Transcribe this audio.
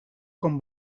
com